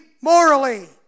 morally